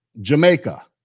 Jamaica